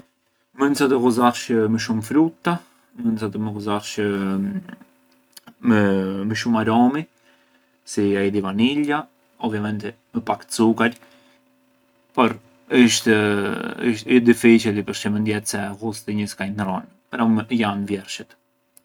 Mënd sa të ghuzarshë më shumë frutta, mënd sa të ghuzarshë më-më shumë aromi, si aji di vaniglia, ovviamenti më pak cukar, por isht- ë difiçili, përçë mënd jetë se ghusti një skajë ndërronë, però janë vjershet.